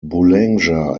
boulanger